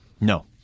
No